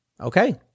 Okay